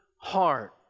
heart